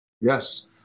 Yes